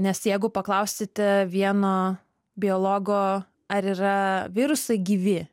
nes jeigu paklausite vieno biologo ar yra virusai gyvi